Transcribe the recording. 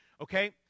Okay